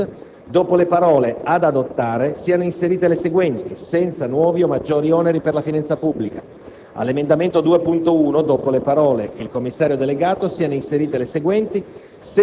all'emendamento x1.0.1, al comma 1 del capoverso «Art. 1-*bis*», dopo le parole: «ad adottare,» siano inserite le seguenti: «senza nuovi o maggiori oneri per la finanza pubblica,»;